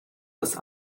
das